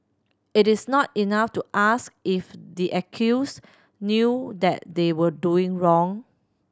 it is not enough to ask if the accused knew that they were doing wrong